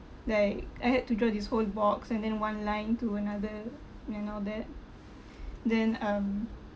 like I had to draw this whole box and then one line to another and all that then um